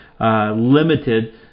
limited